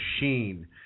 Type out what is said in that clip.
machine